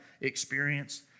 experience